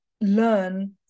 learn